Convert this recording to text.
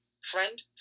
friend